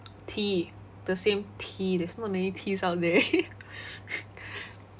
T the same T there's not many Ts out there